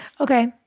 Okay